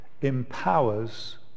empowers